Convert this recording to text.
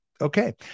okay